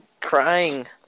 crying